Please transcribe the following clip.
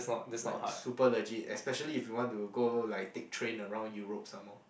like super legit especially if you want to go like take train around Europe some more